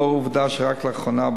לנוכח העובדה שרק לאחרונה,